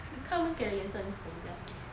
他们给的颜色很丑 sia